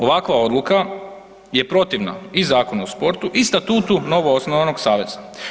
Ovakva odluka je protivna i Zakonu o sportu i statutu novoosnovanog saveza.